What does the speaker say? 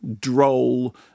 droll